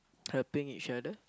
helping each other